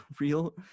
real